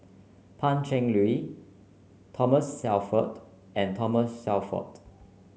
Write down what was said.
Pan Cheng Lui Thomas Shelford and Thomas Shelford